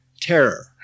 terror